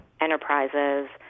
Enterprises